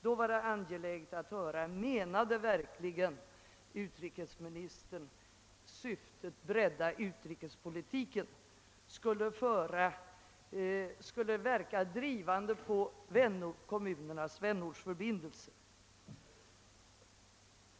Därför var det angeläget att höra, om utrikesministern verkligen menade att syftet att »bredda intresset för utrikespolitiken» skulle verka pådrivande på kommunernas vänortsförbindelser.